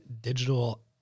digital